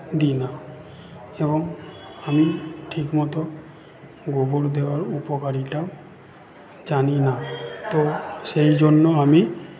দিই না এবং আমি ঠিকমতো গোবর দেওয়ার উপকারিতাও জানি না তো সেই জন্য আমি